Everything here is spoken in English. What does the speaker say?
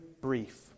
brief